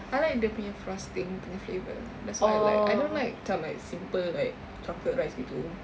I like dia punya frosting punya flavour that's all I like I don't like macam like simple like chocolate rice gitu